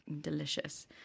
delicious